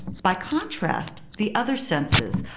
by contrast, the other senses,